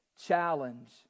Challenge